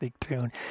tune